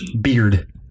Beard